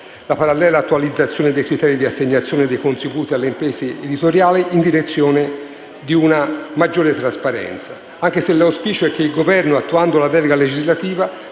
la parallela attualizzazione dei criteri di assegnazione dei contributi alle imprese editoriali, in direzione di una maggiore trasparenza. Anche se l'auspicio è che il Governo, attuando la delega legislativa,